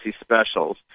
specials